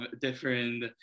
different